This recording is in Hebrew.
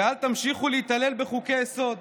ואל תמשיכו להתעלל בחוקי-יסוד".